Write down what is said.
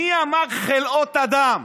מי אמר "חלאות אדם"?